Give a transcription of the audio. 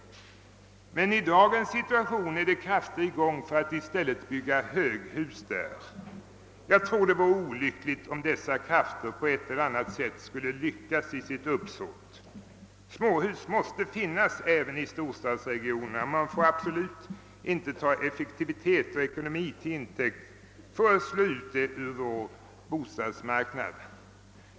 Men i dagens situation är det krafter i gång för att i stället bygga höghus inom detta område. Jag tror det vore olyckligt om dessa krafter på ett eller annat sätt skulle lyckas i sitt uppsåt. Småhus måste finnas även i storstadsregionerna, och man får absolut inte ta effektivitet och ekonomi till intäkt för att slå ut detta inslag ur vår bostadsmarknad.